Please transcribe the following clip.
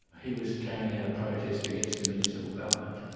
he was carrying out a protest against the municipal government.